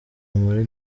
muri